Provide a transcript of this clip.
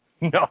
no